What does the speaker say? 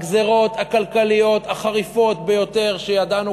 הגזירות הכלכליות החריפות ביותר שידענו